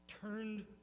turned